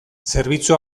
zerbitzu